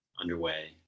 underway